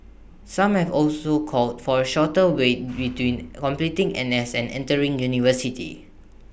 some have also called for A shorter wait between completing N S and entering university